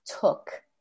took